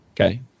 Okay